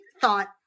thought